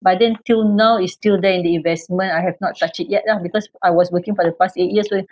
but then till now is still there in the investment I have not touch it yet lah because I was working for the past eight years so